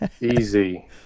Easy